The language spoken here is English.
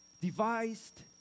devised